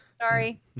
Sorry